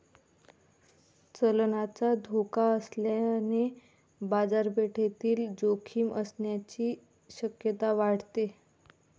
चलनाचा धोका असल्याने बाजारपेठेतील जोखीम असण्याची शक्यता वाढते